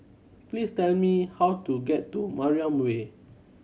please tell me how to get to Mariam Way